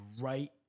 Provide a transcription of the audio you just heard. right